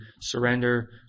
surrender